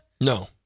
No